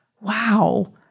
wow